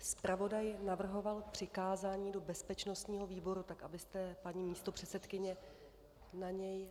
Zpravodaj navrhoval přikázání do bezpečnostního výboru, tak abyste na něj, paní místopředsedkyně, nezapomněla.